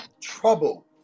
trouble